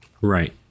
Right